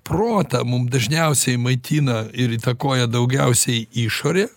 protą mum dažniausiai maitina ir įtakoja daugiausiai išorė